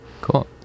Cool